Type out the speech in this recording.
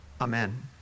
Amen